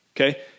okay